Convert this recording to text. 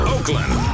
Oakland